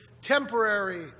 temporary